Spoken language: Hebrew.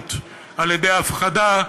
ההזדמנות על-ידי הפחדה,